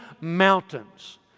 mountains